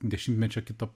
dešimtmečio kito